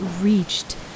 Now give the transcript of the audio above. reached